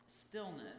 stillness